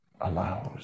allows